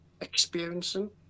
experiencing